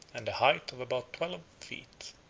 and the height of about twelve, feet.